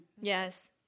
Yes